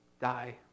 die